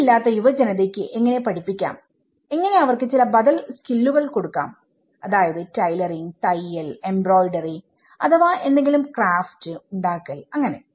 തൊഴിൽ ഇല്ലാത്ത യുവജനത യെ എങ്ങനെ പഠിപ്പിക്കാം എങ്ങനെ അവർക്ക് ചില ബദൽ സ്കില്ലുകൾ കൊടുക്കാം അതായത് ടൈലറിങ് തയ്യൽ എംബ്രോയിഡറി അഥവാ എന്തെങ്കിലും ക്രാഫ്റ്റ് ഉണ്ടാക്കൽ അങ്ങനെ